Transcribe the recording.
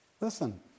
Listen